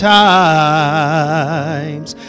times